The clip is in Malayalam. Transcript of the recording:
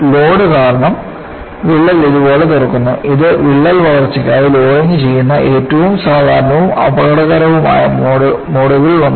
ലോഡ് കാരണം വിള്ളൽ ഇതുപോലെ തുറക്കുന്നു ഇത് വിള്ളൽ വളർച്ചയ്ക്കായി ലോഡിംഗ് ചെയ്യുന്ന ഏറ്റവും സാധാരണവും അപകടകരവുമായ മോഡുകളിൽ ഒന്നാണ്